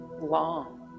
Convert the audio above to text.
long